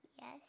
Yes